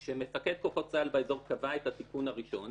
כשמפקד כוחות צה"ל באזור קבע את התיקון הראשון,